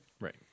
right